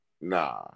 Nah